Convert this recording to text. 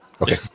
Okay